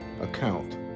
account